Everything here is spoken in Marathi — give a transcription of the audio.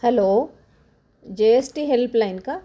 hello G S T helpline का